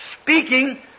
speaking